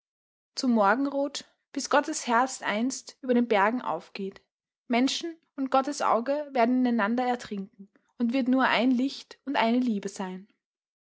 zum morgenrot bis gottes herz einst über den bergen aufgeht menschen und gottesauge werden ineinander trinken und wird nur ein licht und eine liebe sein